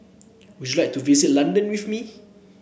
would you like to visit London with me